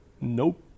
Nope